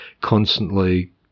constantly